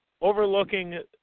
overlooking